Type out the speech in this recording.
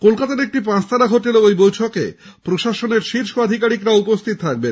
কলকাতার একটি পাঁচতারা হোটেলে ওই বৈঠকে প্রশাসনের শীর্ষ আধিকারিকরাও উপস্হিত থাকবেন